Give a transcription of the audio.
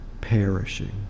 perishing